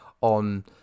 on